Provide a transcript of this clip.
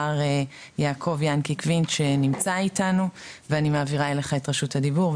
מר יעקב יענקי קוינט שנמצא איתנו ואני מעבירה אליך את רשות הדיבור,